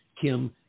Kim